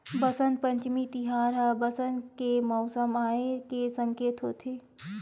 बसंत पंचमी तिहार ह बसंत के मउसम आए के सकेत होथे